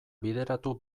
bideratu